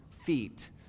feet